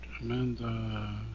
Amanda